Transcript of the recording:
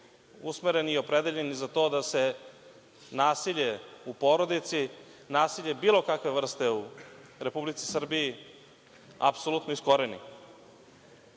usmereni i opredeljeni za to da se nasilje u porodici, nasilje bilo kakve vrste u Republici Srbiji apsolutno iskoreni. Kada